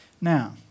Now